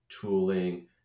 tooling